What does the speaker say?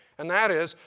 and that is,